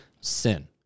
sin